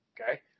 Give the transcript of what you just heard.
okay